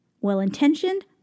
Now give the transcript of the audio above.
well-intentioned